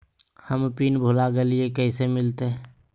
हम पिन भूला गई, कैसे मिलते?